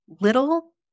little